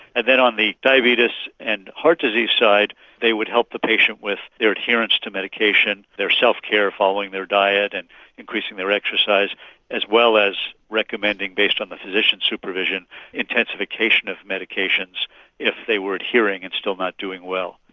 and then on the diabetes and heart disease side they would help the patient with their adherence to medication, their self care following their diet and increasing their exercise as well as recommending based on the physician's supervision intensification of medication if they were adhering and still not doing well.